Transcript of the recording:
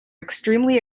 extremely